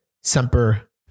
semper